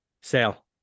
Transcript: Sale